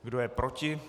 Kdo je proti?